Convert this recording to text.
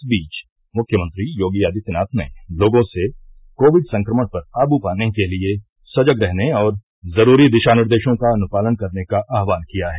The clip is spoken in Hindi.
इस बीच मुख्यमंत्री योगी आदित्यनाथ ने लोगों से कोविड संक्रमण पर काबू पाने के लिए सजग रहने और जरूरी दिशा निर्देशों का अनुपालन करने का आहवान किया है